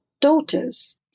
daughters